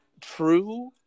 true